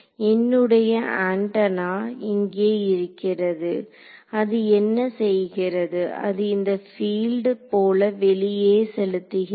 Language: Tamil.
என்னுடைய ஆண்டனா இங்கே இருக்கிறது அது என்ன செய்கிறது அது இந்த பீல்டு போல வெளியே செலுத்துகிறது